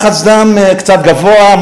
לחץ דם קצת גבוה,